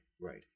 right